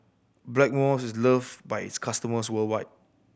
Blackmores is loved by its customers worldwide